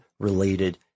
related